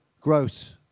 growth